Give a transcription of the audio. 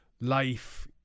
life